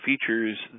features